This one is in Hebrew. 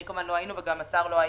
אני לא הייתי וגם השר לא,